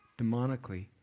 demonically